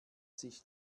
sich